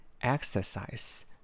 Exercise